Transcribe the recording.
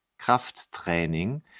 Krafttraining